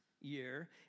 year